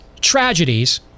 tragedies